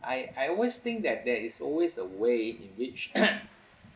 I I always think that there is always a way in which